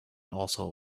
also